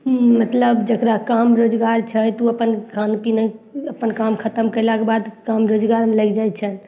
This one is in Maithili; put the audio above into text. मतलब जकरा काज काम रोजगार छै तऽ उ अपन खाना पीना अपन काम खतम कयलाके बाद काम रोजगारमे लागि जाइ छनि